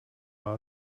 war